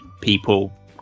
people